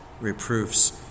reproofs